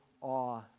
awe